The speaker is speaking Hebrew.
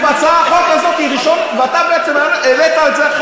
אתה נעלמת להם.